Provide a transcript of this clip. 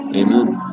amen